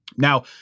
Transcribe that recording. Now